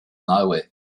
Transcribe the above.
nowhere